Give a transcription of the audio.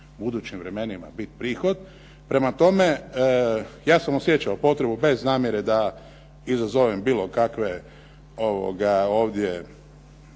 budućim vremenima biti prihod. Prema tome, ja sam osjećao potrebu bez namjere da izazovem bilo kakve ovdje